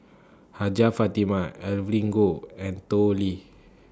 Hajjah Fatimah Evelyn Goh and Tao Li